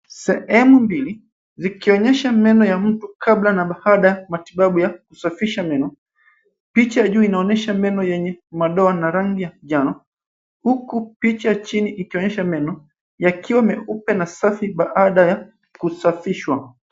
Sehemu mbili zikionyesha meno ya mtu kabla na baada ya matibabu ya kusafisha meno. Picha juu inaonyesha meno yenye madoa na rangi.ya kijnjano huku picha chini ikionyesha meno yakiwa meupe na safi baada ya kusafishwa.